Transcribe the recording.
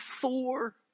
four